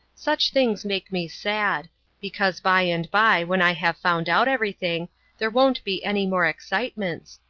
such things make me sad because by and by when i have found out everything there won't be any more excitements,